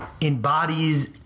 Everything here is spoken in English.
embodies